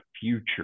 future